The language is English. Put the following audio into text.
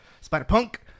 spider-punk